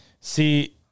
See